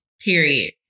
period